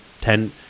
ten